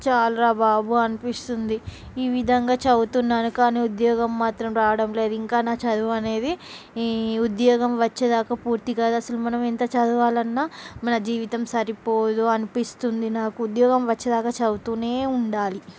చాలు రా బాబు అనిపిస్తుంది ఈ విధంగా చదువుతున్నాను కానీ ఉద్యోగం మాత్రం రావడం లేదు ఇంకా నా చదువు అనేది ఈ ఉద్యోగం వచ్చేదాకా పూర్తిగా అసలు మనం ఎంత చదవాలన్నా మన జీవితం సరిపోదు అనిపిస్తుంది నాకు ఉద్యోగం వచ్చేదాకా చదువుతూనే ఉండాలి